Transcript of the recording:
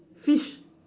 fish